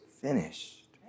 finished